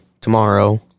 tomorrow